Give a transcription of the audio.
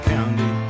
County